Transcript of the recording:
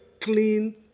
clean